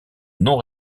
non